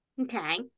Okay